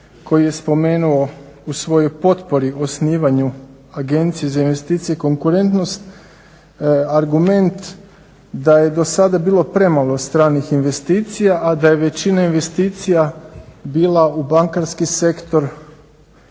koji je spomenuo u svojoj potpori o osnivanju agencije za investiciju i konkurentnost argumenta da je do sada bilo premalo stranih investicija a da je većina investicija bila u bankarski sektor